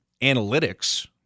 analytics